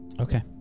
Okay